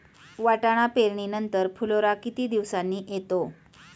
वाटाणा पेरणी नंतर फुलोरा किती दिवसांनी येतो?